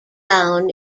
down